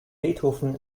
beethoven